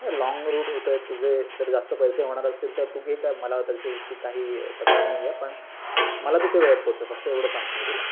long route होत आहेत तुझे जर जास्त पैसे होणार असतील तर तू घे का मला त्याच्याशी काहीही तक्रार नाही आहे पण मला तिथे वेळेत पोचव फक्त एवढं सांगतो मी तुला